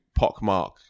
pockmark